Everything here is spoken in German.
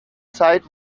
zeit